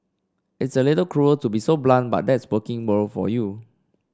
it's a little cruel to be so blunt but that's working world for you